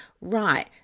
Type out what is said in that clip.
right